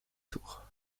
tour